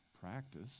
practice